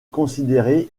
considérée